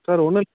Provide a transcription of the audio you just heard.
sir ஒன்றும் இல்